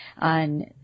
on